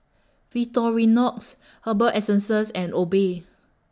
Victorinox Herbal Essences and Obey